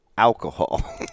Alcohol